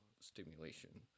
stimulation